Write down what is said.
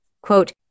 Quote